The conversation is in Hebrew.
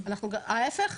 ההיפך,